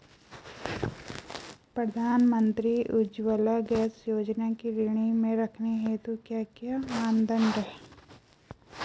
प्रधानमंत्री उज्जवला गैस योजना की श्रेणी में रखने हेतु क्या क्या मानदंड है?